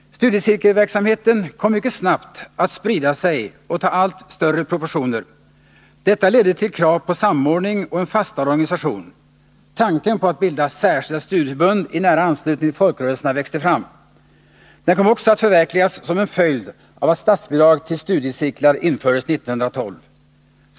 Studiecirkelverksamheten kom mycket snabbt att sprida sig och ta allt större proportioner. Detta ledde till krav på samordning och en fastare organisation. Tanken på att bilda särskilda studieförbund i nära anslutning till folkrörelserna växte fram. Den kom också att förverkligas som en följd av att statsbidrag till studiecirklar infördes 1912.